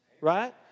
Right